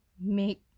make